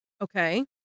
Okay